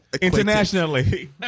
Internationally